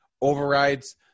overrides